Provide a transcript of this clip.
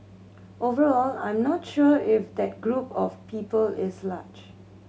overall I'm not sure if that group of people is large